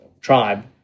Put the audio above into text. tribe